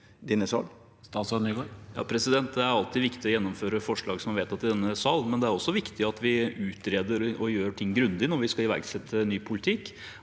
Det er alltid viktig å gjennomføre forslag som er vedtatt i denne sal, men det er også viktig at vi utreder og gjør ting grundig når vi skal iverksette ny politikk.